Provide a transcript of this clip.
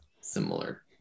similar